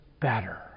better